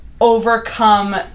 overcome